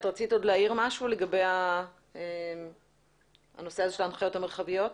רצית להעיר משהו לגבי ההנחיות המרחביות?